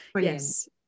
yes